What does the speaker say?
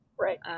Right